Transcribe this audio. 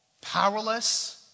powerless